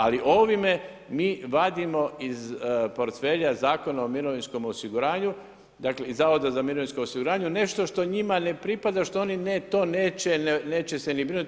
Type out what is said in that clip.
Ali ovime mi vadimo iz portfelja Zakon o mirovinskom osiguranju, dakle iz Zavoda za mirovinskom osiguranju nešto što njima ne pripada, što oni to neće se ni brinuti.